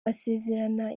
basezerana